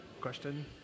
question